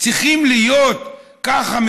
צריכים להיות ככה,